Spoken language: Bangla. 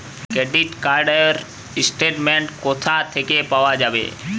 ক্রেডিট কার্ড র স্টেটমেন্ট কোথা থেকে পাওয়া যাবে?